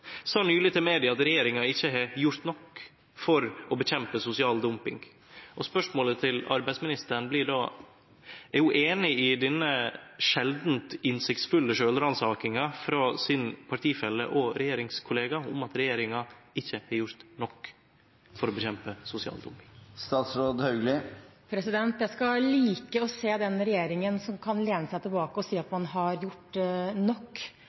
sa nyleg til media at regjeringa ikkje har gjort nok for å kjempe mot sosial dumping. Og spørsmålet til arbeidsministeren blir då: Er ho einig i denne sjeldan innsiktsfulle sjølvransakinga frå sin partifelle og regjeringskollega om at regjeringa ikkje har gjort nok for å kjempe mot sosial dumping? Jeg skal like å se den regjeringen som kan lene seg tilbake og si at man har gjort nok.